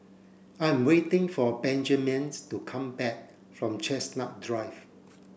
I'm waiting for Benjaman's to come back from Chestnut Drive